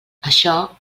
això